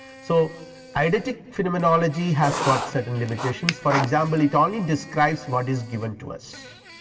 so eidetic phenomenology has got certain limitations for example, it only describes what is given to us,